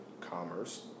commerce